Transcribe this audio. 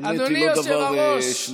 האמת היא לא דבר שלילי.